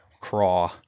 craw